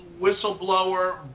whistleblower